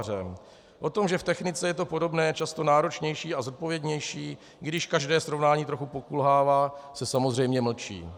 O tom, že v technice je to podobné, často náročnější a zodpovědnější, i když každé srovnání trochu pokulhává, se samozřejmě mlčí.